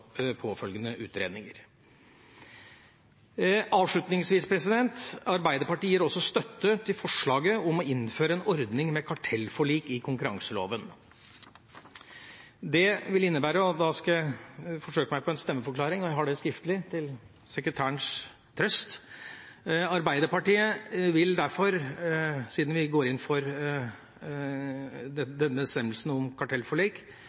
påfølgende utredninger. Avslutningsvis: Arbeiderpartiet gir også støtte til forslaget om å innføre en ordning med kartellforlik i konkurranseloven, så da skal jeg forsøke meg på en stemmeforklaring – og jeg har det skriftlig, til sekretærens trøst: Arbeiderpartiet vil, siden vi går inn for bestemmelsen om kartellforlik,